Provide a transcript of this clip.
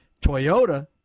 Toyota